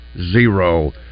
Zero